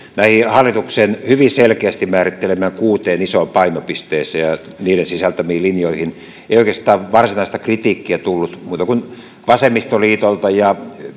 näihin hallituksen hyvin selkeästi määrittelemiin kuuteen isoon painopisteeseen ja ja niiden sisältämiin linjoihin ei oikeastaan varsinaista kritiikkiä tullut muilta kuin vasemmistoliitolta ja